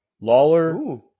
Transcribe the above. Lawler